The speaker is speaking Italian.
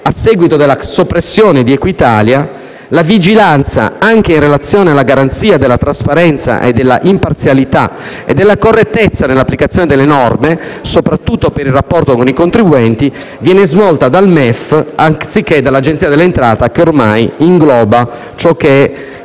a seguito della soppressione di Equitalia, la vigilanza, anche in relazione alla garanzia della trasparenza, imparzialità e della correttezza nell'applicazione delle norme, soprattutto per il rapporto con i contribuenti, viene svolta dal Ministero dell'economia e delle finanze anziché dall'Agenzia delle entrate, che ormai ingloba ciò che è